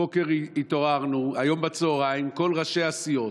הבוקר התעוררנו, היום בצוהריים, כל ראשי הסיעות,